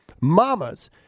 mamas